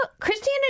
Christianity